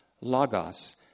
Logos